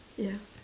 ya